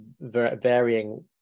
varying